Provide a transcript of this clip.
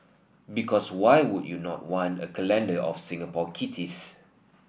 because why would you not want a calendar of Singaporean kitties